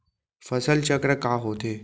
फसल चक्र का होथे?